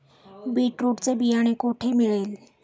Beetroot चे बियाणे कोठे मिळेल?